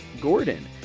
Gordon